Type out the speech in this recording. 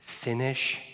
finish